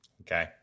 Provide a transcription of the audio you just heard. Okay